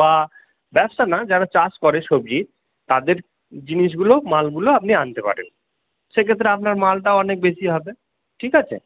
বা ব্যবসা না যারা চাষ করে সবজি তাদের জিনিসগুলো মালগুলো আপনি আনতে পারেন সেক্ষেত্রে আপনার মালটাও অনেক বেশি হবে ঠিক আছে